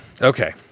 Okay